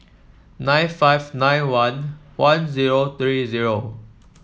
nine five nine one one zero three zero